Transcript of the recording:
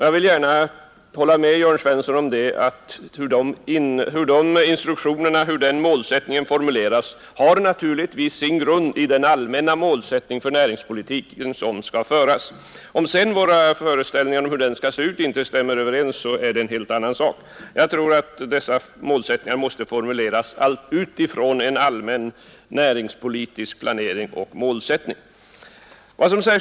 Jag håller gärna med Jörn Svensson i Malmö när han säger, att hur den målsättningen och de instruktionerna formuleras har sin grund i den allmänna målsättningen för näringspolitiken. Om sedan våra föreställningar om hur den skall se ut inte stämmer överens, så är det en helt annan sak. Jag tror alltså att målsättningen för Statsföretag måste formuleras med utgångspunkt från en allmän näringspolitisk planering och målsättning.